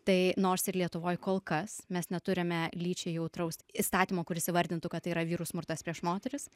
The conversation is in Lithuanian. tai nors ir lietuvoj kol kas mes neturime lyčiai jautraus įstatymo kuris įvardintų kad tai yra vyrų smurtas prieš moteris